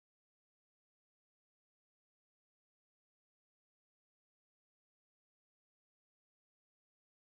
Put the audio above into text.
exactly Cat~ uh that time Ka-Ting also [what] the archery one is the thing is that I don't know why it's so weird